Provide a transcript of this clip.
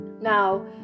Now